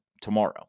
tomorrow